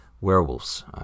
Werewolves